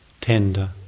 tender